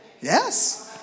Yes